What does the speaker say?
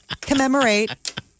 Commemorate